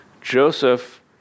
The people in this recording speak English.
Joseph